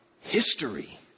history